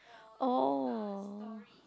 oh